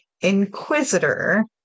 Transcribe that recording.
inquisitor